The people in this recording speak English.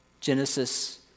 Genesis